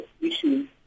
issues